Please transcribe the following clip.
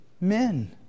men